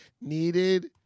Needed